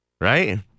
right